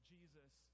Jesus